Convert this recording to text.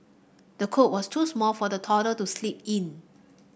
the cot was too small for the toddler to sleep in